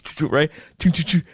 right